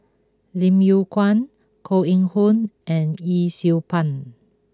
Lim Yew Kuan Koh Eng Hoon and Yee Siew Pun